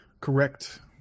correct